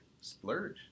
splurge